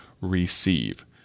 receive